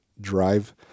drive